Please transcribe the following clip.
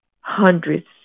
hundreds